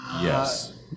Yes